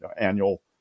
annual